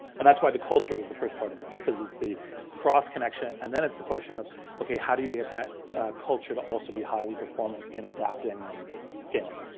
and that's why the culture was the first part of this, because it's the cross connection and then it's a question of okay, how do you get that culture to also be highly performant in adapting and scaling.